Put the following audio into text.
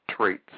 traits